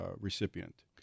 recipient